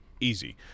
easy